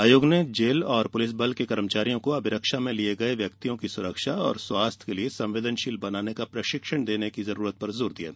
आर्योग ने जेल और पुलिस बल के कर्मचारियों को अभिरक्षा में लिये गये व्यक्तियों की सुरक्षा और स्वास्थ्य के लिए संवेदनशील बनाने का प्रशिक्षण देने की जरूरत पर जोर दिया है